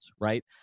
right